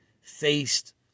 faced